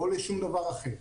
לא לשום דבר אחר.